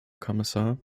kommissar